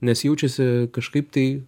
nes jaučiasi kažkaip tai